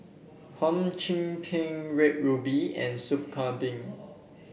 Hum Chim Peng Red Ruby and Soup Kambing